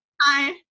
Hi